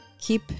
keep